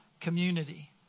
Community